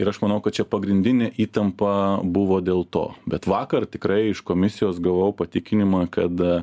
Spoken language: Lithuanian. ir aš manau kad čia pagrindinė įtampa buvo dėl to bet vakar tikrai iš komisijos gavau patikinimą kad